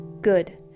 Good